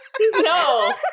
No